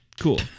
cool